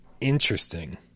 Interesting